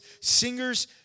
Singers